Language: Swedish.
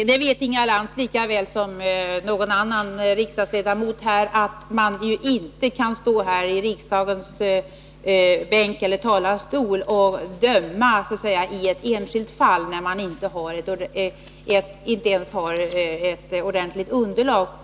Fru talman! Inga Lantz vet lika väl som någon annan riksdagsledamot att vi häri riksdagen inte kan stå i bänken eller talarstolen och så att säga döma i ett enskilt fall, när det inte ens finns ett ordentligt underlag.